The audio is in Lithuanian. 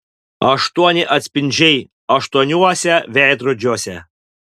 aštuoni atspindžiai aštuoniuose veidrodžiuose